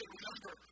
Remember